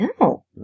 No